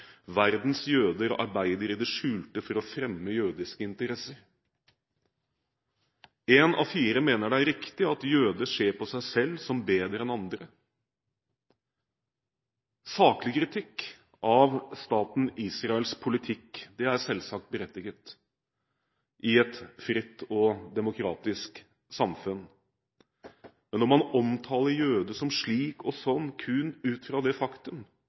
«verdens jøder arbeider i det skjulte for å fremme jødiske interesser». Én av fire mener det er riktig at jøder ser på seg selv som bedre enn andre. Saklig kritikk av staten Israels politikk er selvsagt berettiget i et fritt og demokratisk samfunn, men når man omtaler jøder som slik og sånn, kun ut fra det faktum